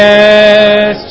Yes